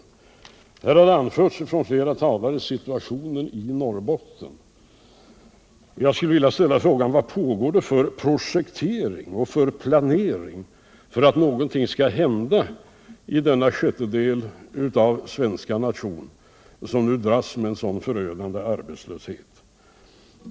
Flera talare har pekat på situationen i Norrbotten. Jag skulle vilja ställa Finansdebatt Finansdebatt frågan vilken projektering och planering som pågår för att någonting skall hända i den sjättedel av den svenska nationen, som nu dras med en så förödande arbetslöshet.